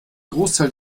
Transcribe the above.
großteil